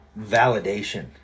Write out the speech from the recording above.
validation